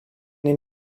den